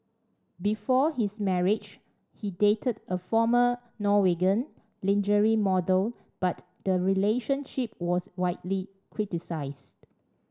before his marriage he dated a former Norwegian lingerie model but the relationship was widely criticised